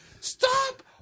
stop